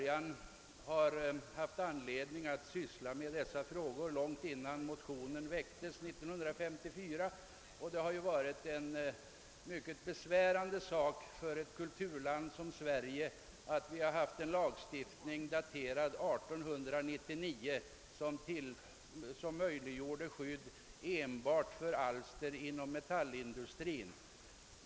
Jag hade haft anledning syssla med dessa frågor långt innan jag väckte motionen 1954 och förstod att det var en mycket besvärande sak för ett kulturland som Sverige att på detta område ha en lagstiftning daterad 1899 och som enbart möjliggjorde skydd för alster inom metallindustrin.